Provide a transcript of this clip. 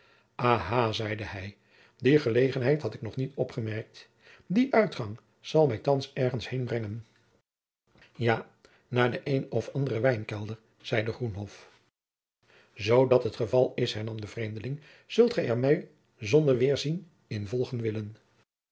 aha zeide hij die gelegenheid had ik nog niet opgemerkt die uitgang zal mij althands ergens heen brengen ja naar den een of anderen wijnkelder zeide groenhof zoo dàt het geval is hernam de vreemdeling zult gij er mij zonder weerzin in volgen willen